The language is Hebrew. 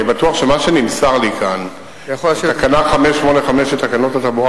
אני בטוח שמה שנמסר לי כאן: "בתקנה 585 של תקנות התעבורה